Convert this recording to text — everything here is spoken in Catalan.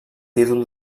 títol